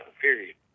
period